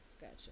Gotcha